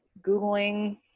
googling